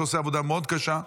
שעושה עבודה מאוד קשה,